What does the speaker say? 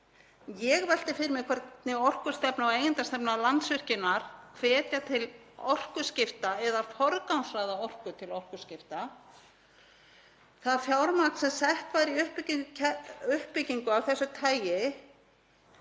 Ég velti fyrir mér hvernig orkustefna og eigendastefna Landsvirkjunar hvetja til orkuskipta eða að forgangsraða orku til orkuskipta. Það fjármagn sem sett var í uppbyggingu af þessu tagi